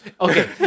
Okay